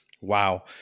Wow